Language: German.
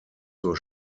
zur